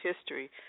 history